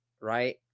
right